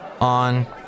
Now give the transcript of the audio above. on